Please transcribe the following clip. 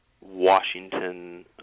Washington